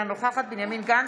אינה נוכחת בנימין גנץ,